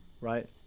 Right